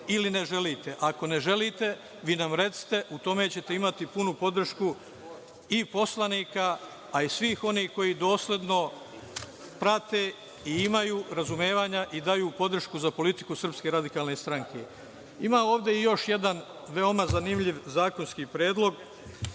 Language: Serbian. ili ne želite? Ako ne želite, vi nam recite u tome ćete imati punu podršku i poslanika, a i svih onih koji dosledno prate i imaju razumevanja i daju podršku za politiku SRS.Ima ovde još jedan veoma zanimljiv zakonski predlog,